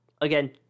again